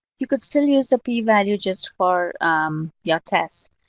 you could still use the p-value just for your test,